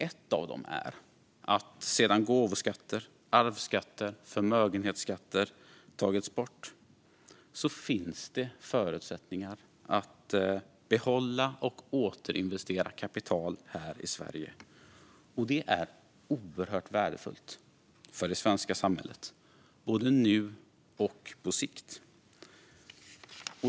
Ett av dem är att det sedan gåvoskatter, arvsskatter och förmögenhetsskatter tagits bort finns förutsättningar för att behålla och återinvestera kapital här i Sverige. Det är oerhört värdefullt för det svenska samhället både nu och på sikt.